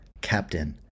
captain